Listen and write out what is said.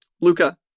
Luca